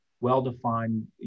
well-defined